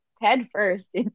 headfirst